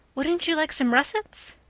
wouldn't you like some russets?